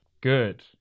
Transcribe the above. Good